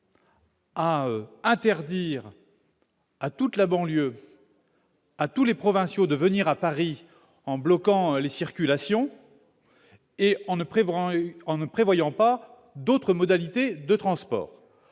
à interdire à toute la banlieue à tous les provinciaux de venir à Paris, en bloquant les circulations et en ne prévoyant et en ne prévoyant pas d'autres modalités de transport,